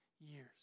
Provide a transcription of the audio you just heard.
years